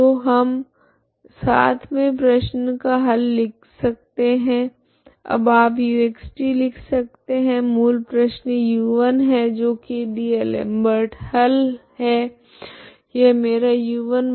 तो हम साथ मे प्रश्न का हल लिख सकते है अब आप uxt लिख सकते है मूल प्रश्न u1 है जो की डी'एलमबर्ट हल है यह मेरा है